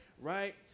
right